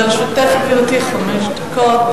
לרשותך, גברתי, חמש דקות.